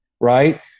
right